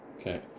Okay